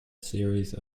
series